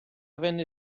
venne